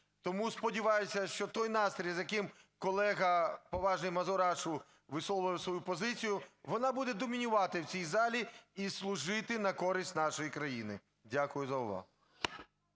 Тому сподіваюся, що той настрій, з яким колега поважний Мазурашу висловлював свою позицію, вона буде домінувати в цій залі і служити на користь нашій країні. Дякую за увагу.